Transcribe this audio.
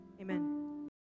Amen